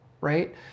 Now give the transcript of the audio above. right